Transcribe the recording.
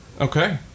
Okay